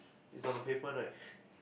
it's on the pavement right